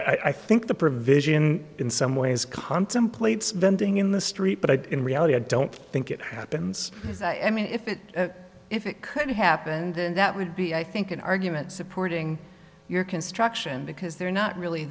i think the provision in some ways contemplates vending in the street but i in reality i don't think it happens i mean if it if it could happen then that would be i think an argument supporting your construction because they're not really